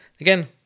again